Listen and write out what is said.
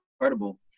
incredible